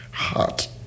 heart